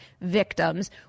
victims